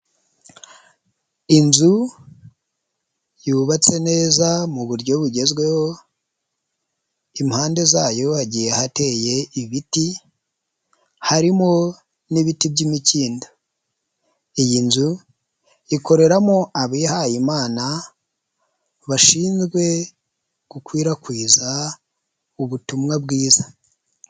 Inzu yubatse neza mu buryo bugezweho impande zayo hagiye hateye ibiti harimo n'ibiti by'imikindo, iyi nzu ikoreramo abihaye Imana bashinzwe gukwirakwiza ubutumwa bwiza.